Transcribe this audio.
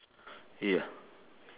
ya